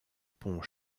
pont